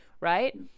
right